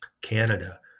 Canada